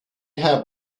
have